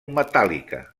metàl·lica